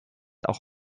auch